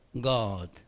God